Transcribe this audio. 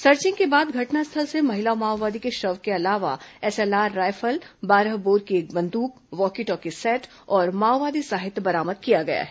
searching के बाद घटनास्थल से महिला माओवादी के शव के अलावा एसएलआर राइफल बारह बोर की एक बंद्क वॉकी टॉकी सेट और माओवादी साहित्य बरामद किया गया है